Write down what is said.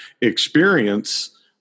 experience